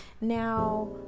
Now